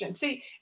See